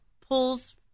pulls